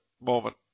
moment